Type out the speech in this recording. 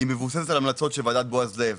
היא מבוססת על המלצות של ועדת בועז לב,